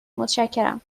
متشکرم